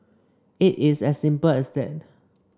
it is as simple as that